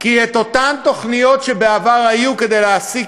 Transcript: כי אותן תוכניות שבעבר היו כדי להעסיק